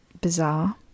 bizarre